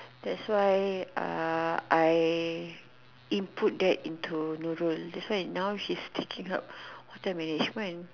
thats why uh I input that into Nurul thats why now she is teaching her what time already she go and